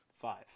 Five